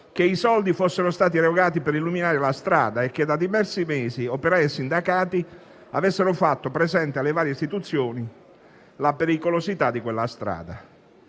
che fossero stati erogati soldi per illuminare la strada e che da diversi mesi operai e sindacati avessero fatto presente alle varie istituzioni la pericolosità di quella via.